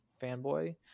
fanboy